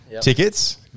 Tickets